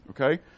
okay